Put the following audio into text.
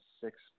six